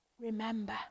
Remember